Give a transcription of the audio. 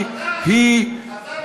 זה בדיוק ההסתה.